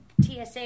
tsa